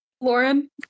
Lauren